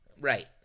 Right